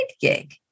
gig